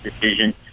decision